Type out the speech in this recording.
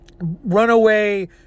runaway